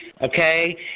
okay